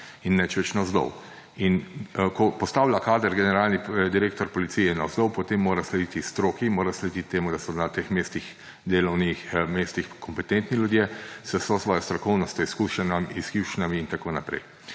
In nič več navzdol. In ko postavlja kader generalni direktor policije navzdol, potem mora slediti stroki, mora slediti temu, da so na teh delovnih mestih kompetentni ljudje z vso svojo strokovnostjo, izkušnjami in tako naprej.